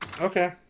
Okay